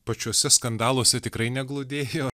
pačiuose skandaluose tikrai neglūdėjo